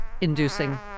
inducing